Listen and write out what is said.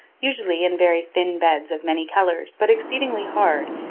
usually in very thin beds of many colors, but exceedingly hard,